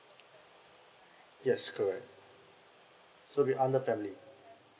yes correct so we under family